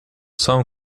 some